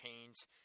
pains